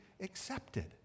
accepted